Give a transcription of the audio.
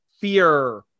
fear